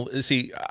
see